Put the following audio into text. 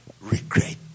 regret